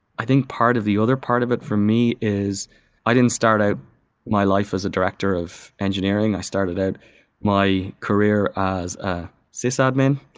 i think part of the other part of it for me is i didn't start out ah my life as a director of engineering. i started out my career as ah sys ah admin.